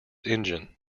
engine